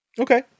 Okay